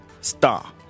star